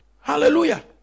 Hallelujah